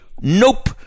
nope